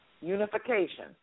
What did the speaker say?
unification